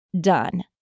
done